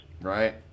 Right